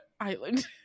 Island